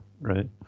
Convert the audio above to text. right